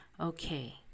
Okay